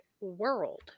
world